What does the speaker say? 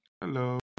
Hello